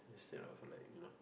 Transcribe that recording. instead of like you know